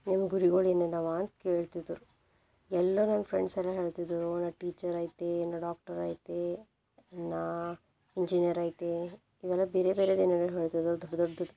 ನಿಮ್ಮ ಗುರಿಗಳು ಏನೇನವ ಅಂದು ಕೇಳ್ತಿದ್ದರು ಎಲ್ಲ ನನ್ನ ಫ್ರೆಂಡ್ಸ್ ಎಲ್ಲ ಹೇಳ್ತಿದ್ದರು ನಾನು ಟೀಚರೈತೆ ನಾನು ಡಾಕ್ಟರೈತೆ ನಾನು ಇಂಜಿನಿಯರೈತೆ ಇವೆಲ್ಲ ಬೇರೆ ಬೇರೆದು ಏನೇನೋ ಹೇಳ್ತಿದ್ದರು ದೊಡ್ಡ ದೊಡ್ಡದು